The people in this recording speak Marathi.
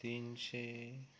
तीनशे